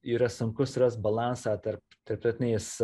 yra sunku surast balansą tarp tarptautinės